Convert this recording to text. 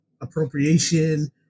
appropriation